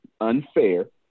unfair